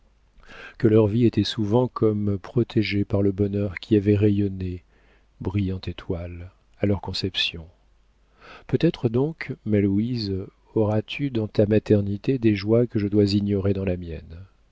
que leur vie était souvent comme protégée par le bonheur qui avait rayonné brillante étoile à leur conception peut-être donc ma louise auras-tu dans ta maternité des joies que je dois ignorer dans la mienne